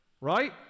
right